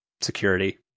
security